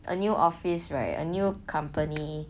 a new office right a new company